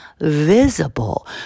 visible